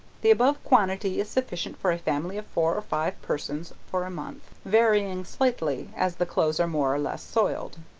the above quantity is sufficient for a family of four or five persons for a month, varying slightly as the clothes are more or less soiled.